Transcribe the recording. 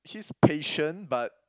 she's patient but